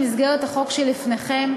במסגרת החוק שלפניכם,